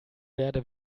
werde